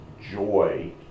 joy